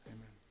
Amen